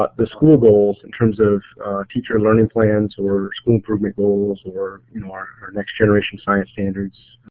ah the school goals in terms of teacher learning plans or school improvement goals or you know our our next generation science standards,